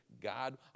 God